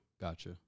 Gotcha